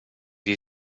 you